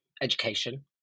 education